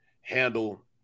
handle